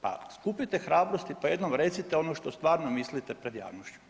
Pa skupite hrabrosti pa jednom recite ono što stvarno mislite pred javnošću.